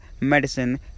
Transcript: medicine